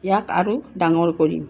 ইয়াক আৰু ডাঙৰ কৰিম